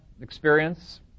experience